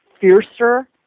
fiercer